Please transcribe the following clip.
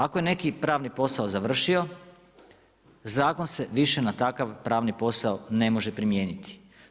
Ako je neki pravni posao završio, zakon se više na takav pravni posao ne može primijeniti.